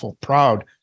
proud